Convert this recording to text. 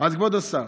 כבוד השר,